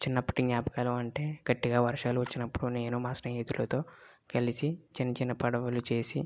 చిన్నప్పటి జ్ఞాపకాలు అంటే గట్టిగా వర్షాలు వచ్చినపుడు నేను మా స్నేహితులతో కలిసి చిన్న చిన్న పడవలు చేసి